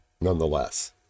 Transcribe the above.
nonetheless